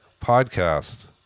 podcast